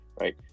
right